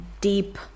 deep